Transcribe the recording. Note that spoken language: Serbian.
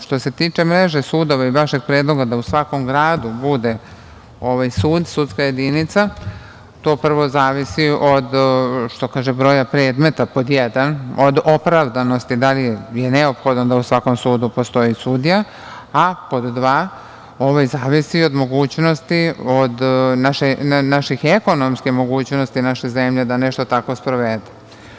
Što se tiče mreže sudova i vašeg predloga da u svakom gradu bude sud, sudska jedinica, to prvo zavisi od što kažu broja predmeta, pod jedan, od opravdanosti da li je neophodno da u svakom sudu postoji sudija, a pod dva zavisi od mogućnosti, od naše ekonomske mogućnosti naše zemlje da nešto tako sprovede.